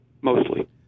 mostly